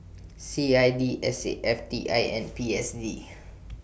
C I D S A F T I and P S D